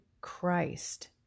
Christ